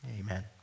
Amen